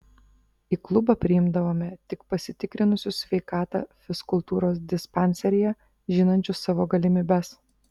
į klubą priimdavome tik pasitikrinusius sveikatą fizkultūros dispanseryje žinančius savo galimybes